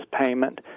payment